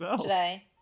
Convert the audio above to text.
today